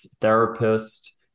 therapist